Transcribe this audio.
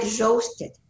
roasted